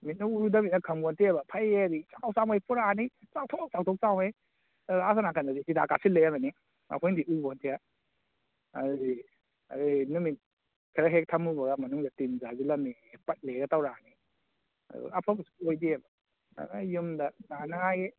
ꯃꯤꯠꯅ ꯎꯔꯨꯗꯃꯤꯅ ꯈꯪꯄꯣꯟꯇꯦꯕ ꯐꯩꯑꯗꯤ ꯆꯥꯎꯉꯩ ꯆꯥꯎꯉꯩ ꯄꯣꯔꯛꯑꯅꯤ ꯆꯥꯎꯊꯣꯛ ꯆꯥꯎꯊꯣꯛ ꯆꯥꯎꯉꯩ ꯑꯁꯣꯟ ꯅꯥꯀꯟꯗꯗꯤ ꯍꯤꯗꯥꯛ ꯀꯥꯞꯁꯟ ꯂꯩꯔꯝꯃꯅꯤ ꯑꯩꯈꯣꯏꯅꯗꯤ ꯎꯄꯣꯟꯇꯦ ꯑꯗꯨꯗꯤ ꯑꯗꯨꯗꯤ ꯅꯨꯃꯤꯠ ꯈꯔ ꯍꯦꯛ ꯊꯝꯃꯨꯕꯒ ꯃꯅꯨꯡꯗ ꯇꯤꯟ ꯆꯥꯁꯟꯂꯝꯃꯦꯌꯦ ꯄꯠꯂꯦꯒ ꯇꯧꯔꯛꯑꯅꯤ ꯑꯗꯨ ꯑꯐꯕ ꯀꯩꯁꯨ ꯑꯣꯏꯗꯦꯕ ꯑꯗꯨꯅ ꯌꯨꯝꯗ ꯆꯥꯅꯉꯥꯏꯒꯤ